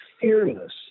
fearless